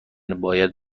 باید